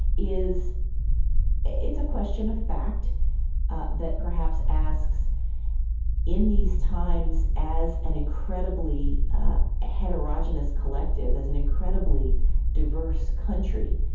is it's a question of fact ah that perhaps asks in these times, as an incredibly heterogeneous collective, as an incredibly diverse country,